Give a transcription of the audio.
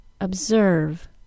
observe